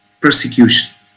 persecution